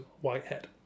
Whitehead